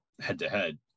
head-to-head